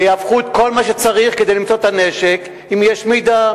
ויהפכו את כל מה שצריך כדי למצוא את הנשק אם יש מידע.